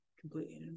completely